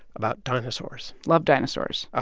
about dinosaurs love dinosaurs oh,